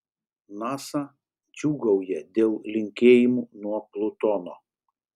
nasa džiūgauja dėl linkėjimų nuo plutono